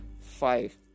five